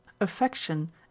Affection